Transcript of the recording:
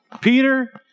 Peter